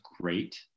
great